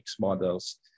models